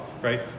right